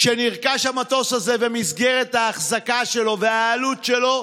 כשנרכש המטוס הזה, ומסגרת האחזקה שלו והעלות שלו,